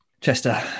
chester